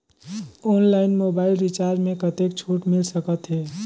Online mobile recharge मे कतेक छूट मिल सकत हे?